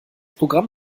programm